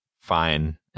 fine